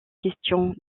questions